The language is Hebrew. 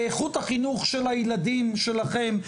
באיכות החינוך של הילדים שלכם,